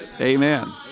Amen